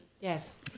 Yes